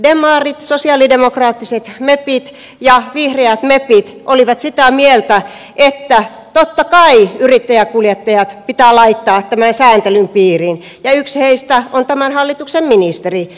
demarit sosialidemokraattiset mepit ja vihreät mepit olivat sitä mieltä että totta kai yrittäjäkuljettajat pitää laittaa tämän sääntelyn piiriin ja yksi heistä on tämän hallituksen ministeri